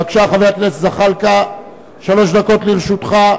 בבקשה, חבר הכנסת זחאלקה, שלוש דקות לרשותך.